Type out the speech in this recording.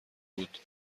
بود